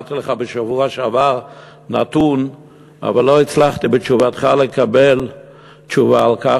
אמרתי לך בשבוע שעבר נתון אבל לא הצלחתי בתשובתך לקבל תשובה על כך.